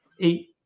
eight